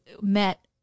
met